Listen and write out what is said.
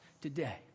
today